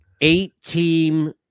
eight-team